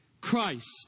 Christ